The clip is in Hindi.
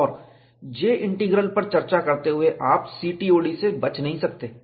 और J इंटीग्रल पर चर्चा करते हुए आप CTOD से बच नहीं सकते